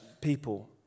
people